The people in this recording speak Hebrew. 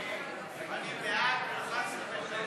אני בעד ולחצתי בטעות נגד,